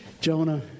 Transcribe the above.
Jonah